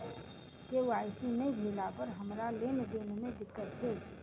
KYC नै भेला पर हमरा लेन देन मे दिक्कत होइत?